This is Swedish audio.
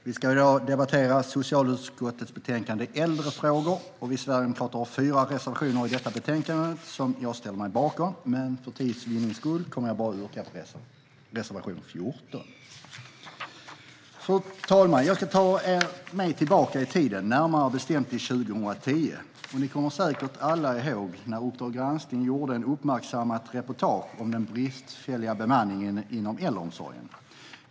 Fru talman! Vi ska i dag debattera socialutskottets betänkande Äldrefrågor . Vi sverigedemokrater har fyra reservationer i detta betänkande som jag ställer mig bakom. Men för tids vinnande kommer jag bara att yrka bifall till reservation 14. Fru talman! Jag ska ta er med tillbaka i tiden, närmare bestämt till 2010. Ni kommer säkert alla ihåg när Uppdrag granskning gjorde ett uppmärksammat reportage om den bristfälliga bemanningen inom äldreomsorgen.